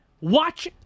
watch